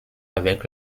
avec